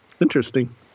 interesting